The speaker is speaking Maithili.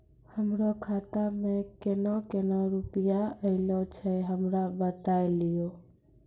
हमरो खाता मे केना केना रुपैया ऐलो छै? हमरा बताय लियै?